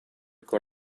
con